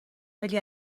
ولی